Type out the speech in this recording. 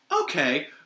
Okay